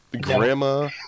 Grandma